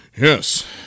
yes